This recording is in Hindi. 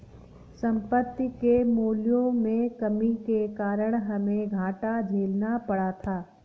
संपत्ति के मूल्यों में कमी के कारण हमे घाटा झेलना पड़ा था